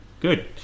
Good